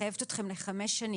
שמחייבת אתכם לחמש שנים.